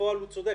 בפועל הוא צודק,